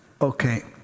Okay